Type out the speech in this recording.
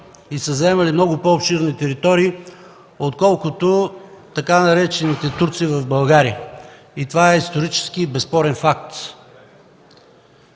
и е заемало много по-обширни територии, отколкото така наречените „турци” в Българя. Това е исторически безспорен факт.